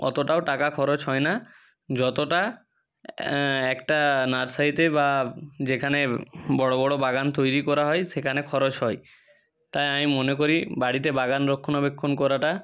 অতটাও টাকা খরচ হয় না যতটা একটা নার্সারিতে বা যেখানে বড় বড় বাগান তৈরি করা হয় সেখানে খরচ হয় তাই আমি মনে করি বাড়িতে বাগান রক্ষণাবেক্ষণ করাটা